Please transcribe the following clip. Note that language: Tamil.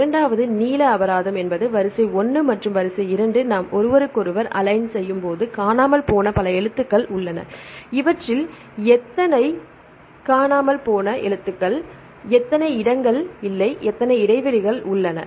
இரண்டாவதாக நீளம் அபராதம் என்பது வரிசை 1 மற்றும் வரிசை 2 நாம் ஒருவருக்கொருவர் அலைன் செய்யும்போது காணாமல் போன பல எழுத்துக்கள் உள்ளன இவற்றில் எத்தனை இடங்கள் இல்லை எத்தனை இடைவெளிகள் உள்ளன